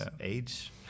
age